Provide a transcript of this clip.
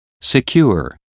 secure